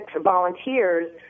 volunteers